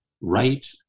right